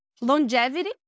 Longevity